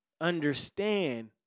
understand